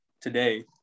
today